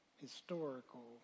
Historical